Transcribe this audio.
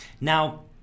now